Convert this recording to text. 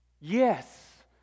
yes